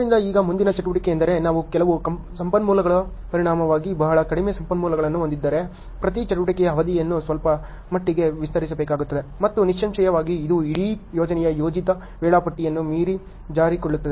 ಆದ್ದರಿಂದ ಈಗ ಮುಂದಿನ ಚಟುವಟಿಕೆಯೆಂದರೆ ನಾವು ಕೆಲವೇ ಸಂಪನ್ಮೂಲಗಳ ಪರಿಣಾಮವಾಗಿ ಬಹಳ ಕಡಿಮೆ ಸಂಪನ್ಮೂಲಗಳನ್ನು ಹೊಂದಿದ್ದರೆ ಪ್ರತಿ ಚಟುವಟಿಕೆಯ ಅವಧಿಯನ್ನು ಸ್ವಲ್ಪಮಟ್ಟಿಗೆ ವಿಸ್ತರಿಸಬೇಕಾಗುತ್ತದೆ ಮತ್ತು ನಿಸ್ಸಂಶಯವಾಗಿ ಇದು ಇಡೀ ಯೋಜನೆಯ ಯೋಜಿತ ವೇಳಾಪಟ್ಟಿಯನ್ನು ಮೀರಿ ಜಾರಿಕೊಳ್ಳುತ್ತದೆ